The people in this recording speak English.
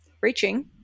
Reaching